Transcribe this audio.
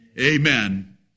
Amen